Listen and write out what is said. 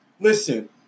Listen